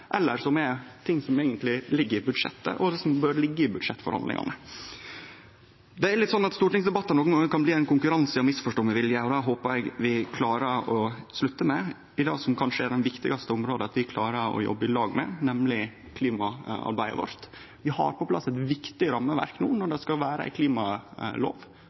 eller er ting som eigentleg ligg i budsjettet, og som bør liggje i budsjettforhandlingane. Det er litt sånn at stortingsdebattane nokre gonger kan bli ein konkurranse i å misforstå med vilje, og det håpar eg vi klarer å slutte med når det gjeld det som kanskje er det viktigaste området å klare å jobbe i lag med, nemleg klimaarbeidet vårt. Vi får på plass eit viktig rammeverk no når det skal vere ei